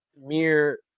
mere